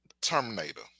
Terminator